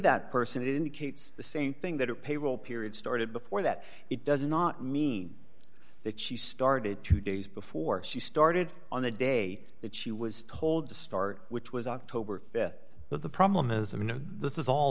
that person it indicates the same thing that a payroll period started before that it does not mean that she started two days before she started on the day that she was told to start which was october th but the problem is i mean this is all